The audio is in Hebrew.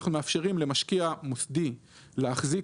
אנחנו מאפשרים למשקיע מוסדי להחזיק